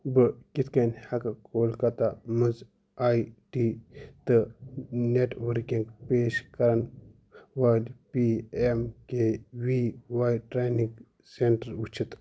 بہٕ کِتھ کٔنۍ ہیکہٕ کولکتہ منٛز آی ٹی تہٕ نیٹؤرکِنٛگ پیش کرن وٲلۍ P M K V Y training centre ؤچھِتھ